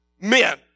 men